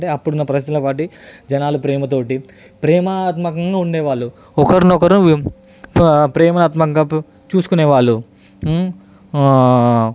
అప్పుడు ఉన్న పరిస్థితుల బట్టి జనాలు ప్రేమతోటి ప్రేమాత్మకంగా ఉండేవాళ్ళు ఒకరికొకరు ప ప్రేమాత్మకంగా చూసుకునే వాళ్ళు